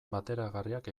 bateragarriak